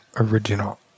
original